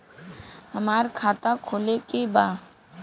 हमार खाता खोले के बा?